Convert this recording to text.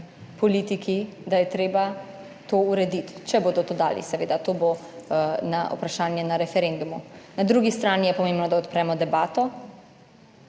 politiki, da je treba to urediti. Če bodo to dali seveda, to bo na vprašanje na referendumu. Na drugi strani je pomembno, da odpremo debato,